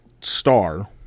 star